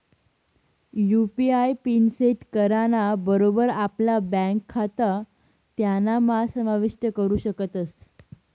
UPI PIN set कराना बरोबर आपला ब्यांक खातं त्यानाम्हा समाविष्ट करू शकतस